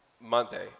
Monday